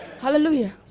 Hallelujah